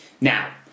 Now